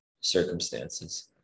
circumstances